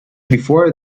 before